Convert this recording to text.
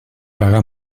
pagar